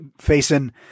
facing